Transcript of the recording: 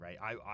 right